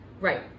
right